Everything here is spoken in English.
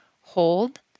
hold